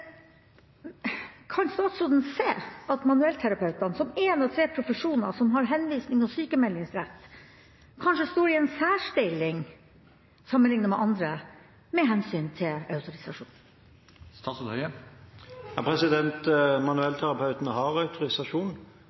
Kan statsråden se at manuellterapeutene, som én av tre profesjoner som har henvisnings- og sykmeldingsrett, kanskje står i en særstilling sammenliknet med andre med hensyn til autorisasjon? Manuellterapeutene har autorisasjon,